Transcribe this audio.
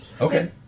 Okay